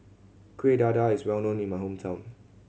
Kuih Dadar is well known in my hometown